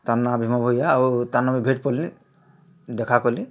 ତାର୍ ନା ଭୀମଭୋଇ ହେ ଆଉ ତା ନା ଭେଟ୍ପଲ୍ଲୀ ହେ ଦେଖାକଲି